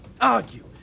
Argue